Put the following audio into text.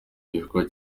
gikorwa